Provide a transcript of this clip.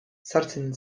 sartzen